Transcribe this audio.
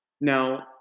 Now